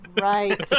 right